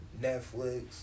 Netflix